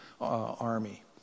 army